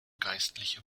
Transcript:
geistliche